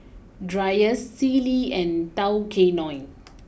Dreyers Sealy and Tao Kae Noi